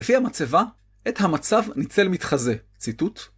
לפי המצבה, את המצב ניצל מתחזה. ציטוט